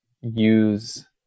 use